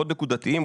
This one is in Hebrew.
מאוד נקודתיים,